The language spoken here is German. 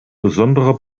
besonderer